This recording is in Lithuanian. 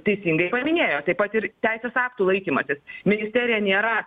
teisingai paminėjo taip pat ir teisės aktų laikymasis ministerija nėra